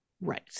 Right